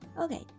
Okay